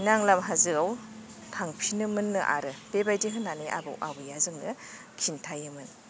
नांलाव हाजोयाव थांफिनोमोन नो आरो बेबायदि होन्नानै आबौ आबैया जोंनो खिन्थायोमोन